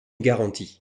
garantie